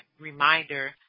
reminder